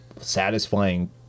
satisfying